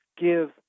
give